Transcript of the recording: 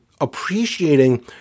appreciating